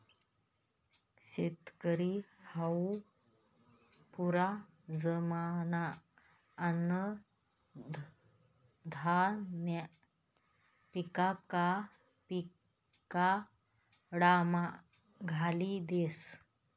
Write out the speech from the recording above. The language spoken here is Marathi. शेतकरी हावू पुरा जमाना अन्नधान्य पिकाडामा घाली देस